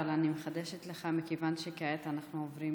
אבל אני מחדשת לך מכיוון שכעת אנחנו עוברים